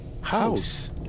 house